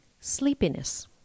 sleepiness